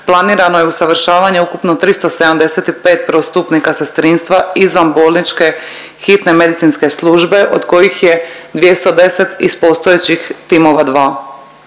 planirano je usavršavanje ukupno 375 prvostupnika sestrinstva izvan bolničke hitne medicinske službe od kojih je 210 iz postojećih timova